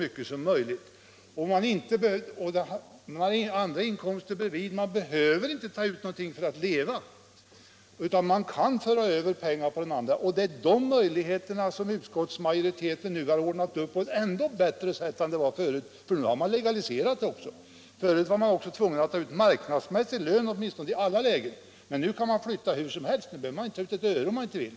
Men chefen skulle alltså nu inte behöva ta ut ett enda öre ens för att leva — därför att det skattemässigt kan vara fördelaktigare att den medhjälpande maken får så mycket som möjligt. Det är den möjligheten som utskottsmajoriteten här har ordnat upp på ett ännu bättre sätt än förut, för nu blir den legaliserad också. Förut var man åtminstone tvungen att ta ut marknadsmässig lön i alla lägen, men nu kan man flytta pengarna hur som helst. Man behöver inte ta ut ett öre om man inte vill.